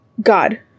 God